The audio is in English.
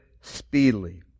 speedily